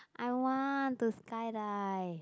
I want to skydive